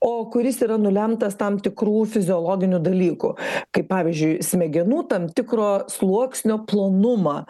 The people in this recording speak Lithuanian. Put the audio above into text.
o kuris yra nulemtas tam tikrų fiziologinių dalykų kaip pavyzdžiui smegenų tam tikro sluoksnio plonumą